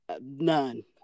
none